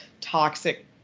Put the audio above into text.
toxic